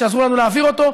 שעזרו לנו להעביר אותו,